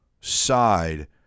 side